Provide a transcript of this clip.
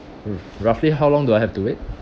mm roughly how long do I have to wait